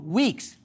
weeks